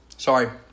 Sorry